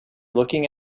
looking